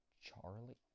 Charlie